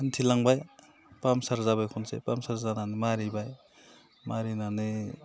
हान्थिलांबाय पानचार जाबाय खनसे पानचार जानानै मारिबाय मारिनानै